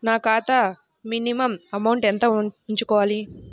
నా ఖాతా minimum amount ఎంత ఉంచుకోవాలి?